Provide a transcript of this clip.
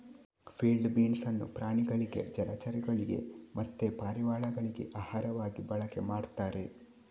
field beans ಅನ್ನು ಪ್ರಾಣಿಗಳಿಗೆ ಜಲಚರಗಳಿಗೆ ಮತ್ತೆ ಪಾರಿವಾಳಗಳಿಗೆ ಆಹಾರವಾಗಿ ಬಳಕೆ ಮಾಡ್ತಾರೆ